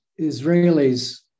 Israelis